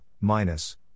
minus